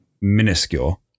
minuscule